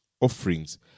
offerings